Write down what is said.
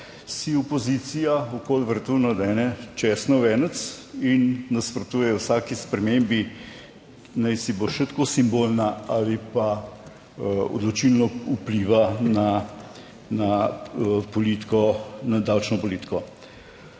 si opozicija okoli vratu nadene česnov venec in nasprotuje vsaki spremembi, naj si bo še tako simbolna ali pa odločilno vpliva na politiko,